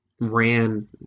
ran